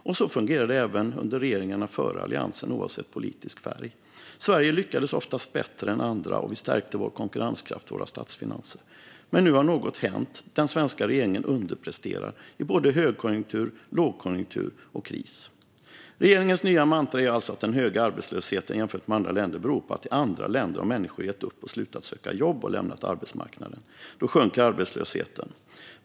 Och så fungerade det även under regeringarna före Alliansen, oavsett politisk färg. Sverige lyckades oftast bättre än andra, och det stärkte vår konkurrenskraft och våra statsfinanser. Men nu har något hänt. Den svenska regeringen underpresterar i både högkonjunktur, lågkonjunktur och kris. Regeringens nya mantra är alltså att den höga arbetslösheten i Sverige jämfört med andra länder beror på att i andra länder har människor gett upp, slutat söka jobb och lämnat arbetsmarknaden. Då sjunker arbetslösheten.